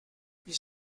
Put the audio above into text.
ils